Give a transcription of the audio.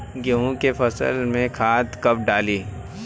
गेहूं के फसल में खाद कब डाली?